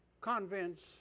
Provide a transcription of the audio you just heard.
convents